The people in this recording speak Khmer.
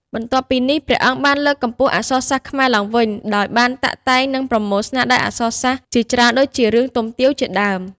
បន្ថែមពីនេះ ព្រះអង្គបានលើកកម្ពស់អក្សរសាស្ត្រខ្មែរឡើងវិញ ដោយបានតាក់តែងនិងប្រមូលស្នាដៃអក្សរសាស្ត្រជាច្រើន ដូចជារឿង "ទុំទាវ" ជាដើម។